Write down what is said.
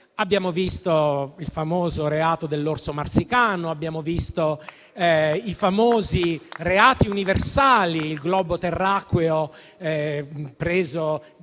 Abbiamo visto il famoso reato dell'orso marsicano; abbiamo visto i famosi reati universali, con il globo terracqueo preso